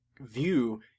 view